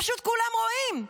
פשוט כולם רואים.